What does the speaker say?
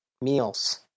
meals